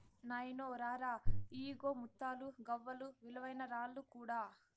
నాయినో రా రా, ఇయ్యిగో ముత్తాలు, గవ్వలు, విలువైన రాళ్ళు కూడా